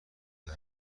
دهد